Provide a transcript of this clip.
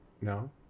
No